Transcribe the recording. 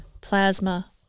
plasma